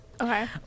Okay